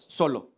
solo